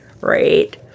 Right